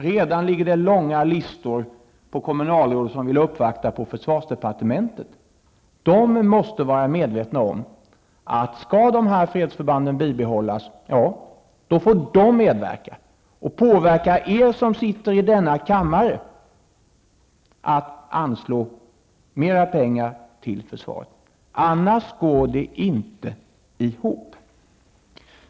Redan finns det långa listor över kommunalråd som vill uppvakta försvarsdepartementet, men alla måste vara medvetna om, att skall fredsförbanden bibehållas, krävs det medverkan för att påverka er som sitter i denna kammare att anslå mera pengar till försvaret. Annars går det inte ihop.